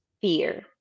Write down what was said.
fear